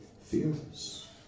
fearless